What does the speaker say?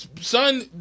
son